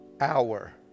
hour